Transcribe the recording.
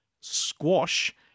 squash